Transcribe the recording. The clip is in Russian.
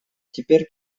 теперь